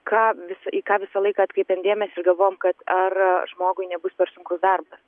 ką visą į ką visą laiką atkreipėm dėmesį ir galvojom kad ar žmogui nebus per sunkus darbas